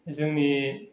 जोंनि